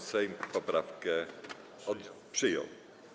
Sejm poprawkę przyjął.